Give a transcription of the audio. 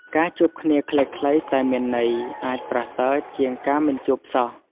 ការជួបគ្នាខ្លីៗតែមានន័យ អាចប្រសើរជាងការមិនជួបសោះ។